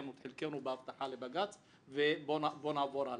קיימנו את חלקנו בהבטחה לבג"ץ ובואו נעבור הלאה.